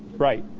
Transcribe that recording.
right.